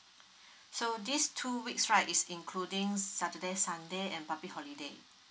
so these two weeks right is including saturday sunday and public holiday